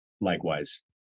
Likewise